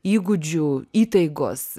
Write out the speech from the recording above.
įgūdžių įtaigos